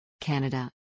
Canada